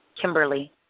Kimberly